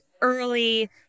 early